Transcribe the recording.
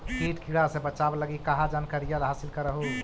किट किड़ा से बचाब लगी कहा जानकारीया हासिल कर हू?